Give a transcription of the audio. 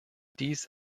dies